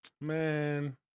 Man